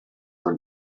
were